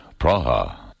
Praha